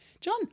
John